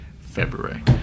February